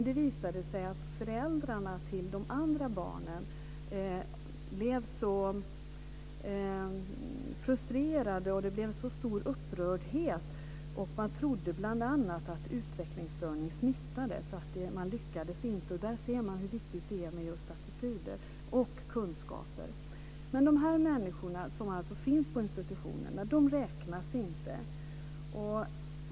Det visade sig dock att föräldrarna till de andra barnen blev väldigt frustrerade. Det blev en stor upprördhet. Man trodde bl.a. att utvecklingsstörning smittade. Försöket lyckades därför inte. Där ser man hur viktigt det är just med attityder och kunskaper. Men de här människorna, de som alltså finns på institutionerna, räknas inte.